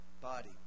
body